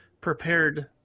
prepared